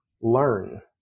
learn